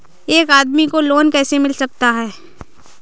एक आदमी को लोन कैसे मिल सकता है?